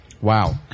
Wow